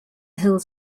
hills